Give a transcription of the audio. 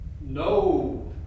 no